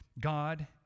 God